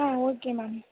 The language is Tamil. ah okay ma'am